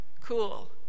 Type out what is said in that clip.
Cool